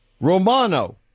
Romano